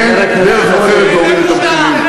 אין דרך אחרת להוריד את המחירים.